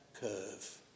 curve